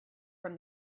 from